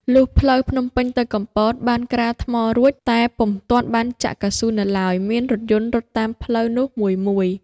លុះផ្លូវភ្នំពេញទៅកំពត បានក្រាលថ្មរួច តែពុំទាន់បានចាក់កៅស៊ូនៅឡើយ មានរថយន្តរត់តាមផ្លូវនោះមួយៗ